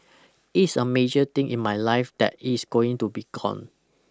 it's a major thing in my life that is going to be gone